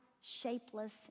shapeless